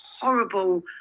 horrible